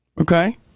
Okay